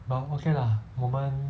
but okay lah 我们